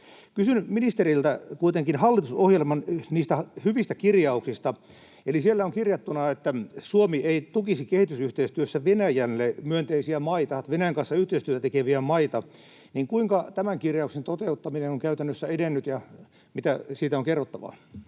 Kysyn ministeriltä kuitenkin niistä hallitusohjelman hyvistä kirjauksista. Eli kun siellä on kirjattuna, että Suomi ei tukisi kehitysyhteistyössä Venäjälle myönteisiä maita, Venäjän kanssa yhteistyötä tekeviä maita, niin kuinka tämän kirjauksen toteuttaminen on käytännössä edennyt, ja mitä siitä on kerrottavaa?